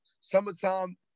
summertime